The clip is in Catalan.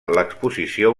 l’exposició